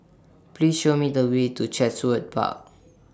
Please Show Me The Way to Chatsworth Park